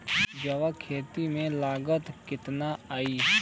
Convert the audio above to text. जैविक खेती में लागत कितना आई?